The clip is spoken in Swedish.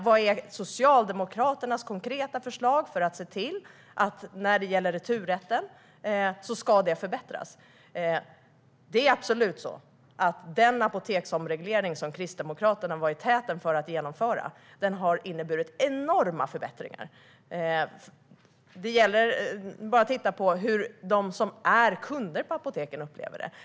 Vad är Socialdemokraternas konkreta förslag för att se till att det som gäller returrätten ska förbättras? Den apoteksreglering som Kristdemokraterna gick i täten för att genomföra har absolut inneburit enorma förbättringar. Man kan bara titta på hur de som är kunder på apoteken upplever det.